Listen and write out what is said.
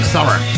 Summer